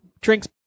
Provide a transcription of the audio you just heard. drinks